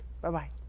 Bye-bye